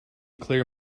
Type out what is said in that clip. clear